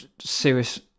serious